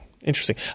Interesting